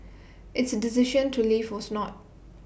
its decision to leave was not